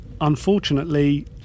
Unfortunately